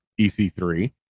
EC3